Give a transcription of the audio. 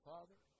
Father